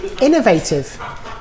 innovative